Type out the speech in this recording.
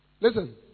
Listen